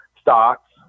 stocks